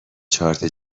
چارت